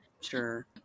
sure